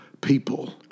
people